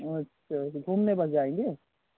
अच्छा घूमने बस जाएँगे